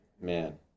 Man